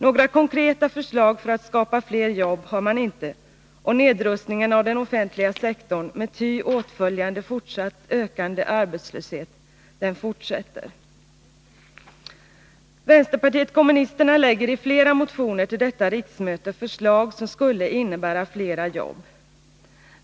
Några konkreta förslag för att skapa fler jobb har man inte, och nedrustningen av den offentliga sektorn fortsätter, med ty åtföljande ökande arbetslöshet. Vänsterpartiet kommunisterna lägger i flera motioner till detta riksmöte fram förslag som skulle innebära flera jobb.